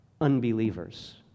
unbelievers